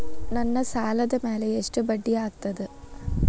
ನನ್ನ ಸಾಲದ್ ಮ್ಯಾಲೆ ಎಷ್ಟ ಬಡ್ಡಿ ಆಗ್ತದ?